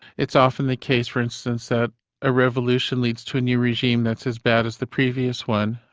it's often the case for instance that a revolution leads to a new regime that's as bad as the previous one.